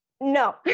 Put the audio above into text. no